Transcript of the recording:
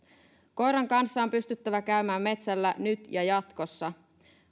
koiran kanssa on pystyttävä käymään metsällä nyt ja jatkossa